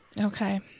Okay